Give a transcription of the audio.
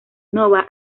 nova